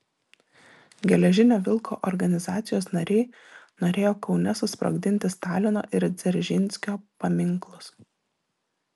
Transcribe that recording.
geležinio vilko organizacijos nariai norėjo kaune susprogdinti stalino ir dzeržinskio paminklus